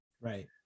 Right